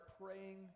praying